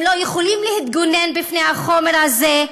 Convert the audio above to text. הם לא יכולים להתגונן בפני החומר הזה.